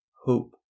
Hope